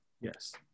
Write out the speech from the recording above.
Yes